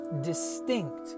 distinct